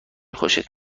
خوشت